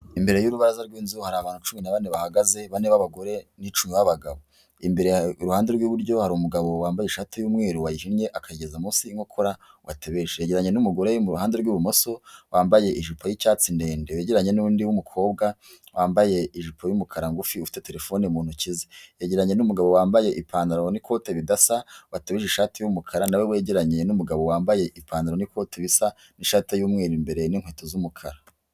imbere y'urubanza rw’inzu hari abantu cumi na bane bahagaze bane babagore ni cumi babagabo imbere iruhande rw'iburyo hari umugabo wambaye ishati y’umweru wayihinnye akageza munsi y’inkokora yegeranye n’umugore muruhande rw'ibumoso wambaye ijipo y’icyatsi ndende wegeranye nundi mukobwa wambaye ijipo y'umukara ngufi ufite terefone mu ntoki ze yegeranye n'umugabo wambaye ipantaro n'ikote ridasa watebeje ishati y'umukara nawe wegeranye n’umugabo wambaye ipantaro n'ikoti risa n’ishati y’umweru imbere n'inkweto z'umukara.